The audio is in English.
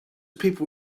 people